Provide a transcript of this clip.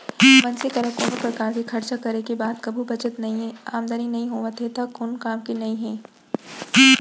मनसे करा कोनो परकार के खरचा करे के बाद कभू बचत नइये, आमदनी नइ होवत हे त कोन काम के नइ हे